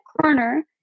corner